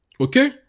Okay